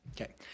Okay